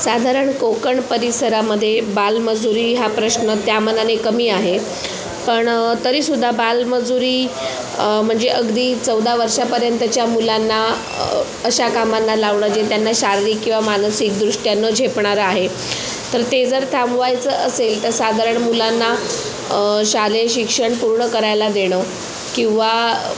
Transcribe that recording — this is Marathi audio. साधारण कोकण परिसरामदे बालमजुरी हा प्रश्न त्यामानाने कमी आहे पण तरीसुद्धा बालमजुरी म्हणजे अगदी चौदा वर्षापर्यंतच्या मुलांना अशा कामांना लावणं जे त्यांना शारीरिक किंवा मानसिकदृष्ट्या न झेपणारं आहे तर ते जर थांबवायचं असेल तर साधारण मुलांना शालेय शिक्षण पूर्ण करायला देणं किंवा